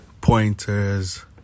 pointers